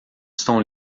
estão